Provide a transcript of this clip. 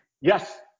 Yes